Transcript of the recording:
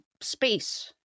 space